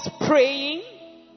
praying